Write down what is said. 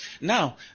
now